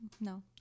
No